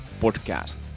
Podcast